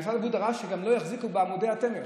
משרד הבריאות דרש שגם לא יחזיקו בעמדי התמך.